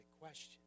question